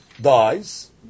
dies